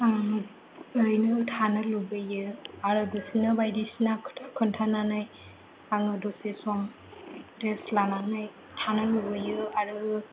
आं ओरैनो थानो लुबैयो आरो बिसोरनो बायदिसिना खोथा खिन्थानानै आङो दसे सम रेस्त लानानै थानो लुबैयो आरो